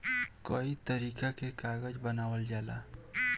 कई तरीका के कागज बनावल जाला